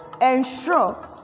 ensure